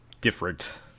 different